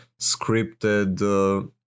scripted